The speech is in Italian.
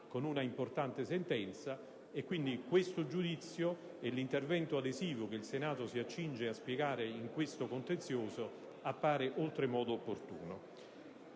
con un'importante sentenza e quindi questo giudizio, e l'intervento adesivo che il Senato si accinge a dispiegare in questo contenzioso, appare oltremodo opportuno.